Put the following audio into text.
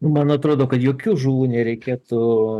man atrodo kad jokių žuvų nereikėtų